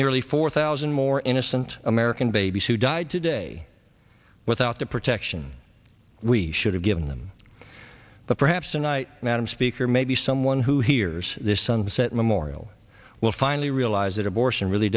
nearly four thousand more innocent american babies who died today without the protection we should have given them but perhaps tonight madam speaker maybe someone who hears this sunset memorial will finally realize that abortion really